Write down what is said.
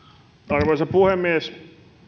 arvoisa puhemies